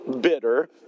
bitter